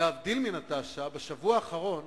להבדיל מנטשה, בשבוע האחרון